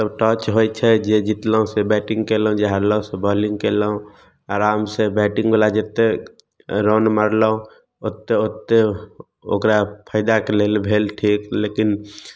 तब टॉस होइ छै जे जितल से बैटिंग केलहुॅं जे हारलहुॅं से बॉलिंग केलहुॅं आराम से बैटिंगबला जेतेक राउण्ड मारलहुॅं ओतेक ओतेक ओकरा फयदाक लेल भेल ठीक लेकिन